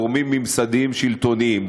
גורמים ממסדיים שלטוניים,